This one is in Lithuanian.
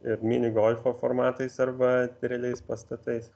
ir mini golfo formatais arba realiais pastatais